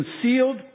concealed